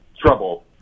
Trouble